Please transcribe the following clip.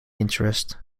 interest